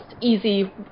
easy